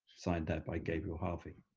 signed out by gabriel harvey.